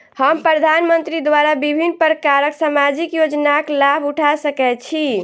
हम प्रधानमंत्री द्वारा विभिन्न प्रकारक सामाजिक योजनाक लाभ उठा सकै छी?